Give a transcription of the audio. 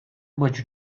much